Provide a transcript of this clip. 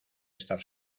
estar